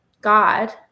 God